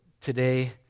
today